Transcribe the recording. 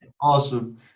awesome